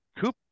coop